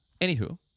Anywho